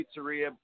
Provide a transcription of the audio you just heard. Pizzeria